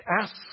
ask